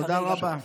תודה רבה.